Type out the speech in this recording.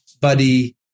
buddy